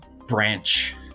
Branch